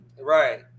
Right